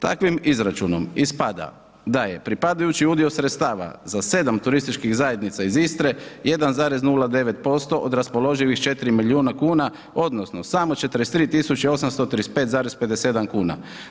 Takvim izračunom ispada da je pripadajući udio sredstava za 7 turističkih zajednica iz Istre, 1,09% od raspoloživih 4 milijuna kuna odnosno samo 43 835, 57 kuna.